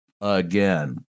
again